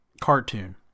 cartoon